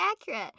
accurate